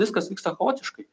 viskas vyksta chaotiškai